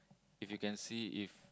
if you can see if